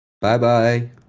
Bye-bye